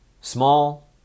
small